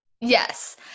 Yes